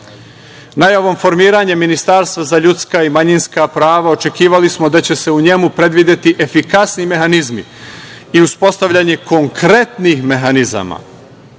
formiranja Ministarstva za ljudska i manjinska prava očekivali smo da će se u njemu predvideti efikasni mehanizmi i uspostavljanje konkretnih mehanizama